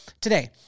today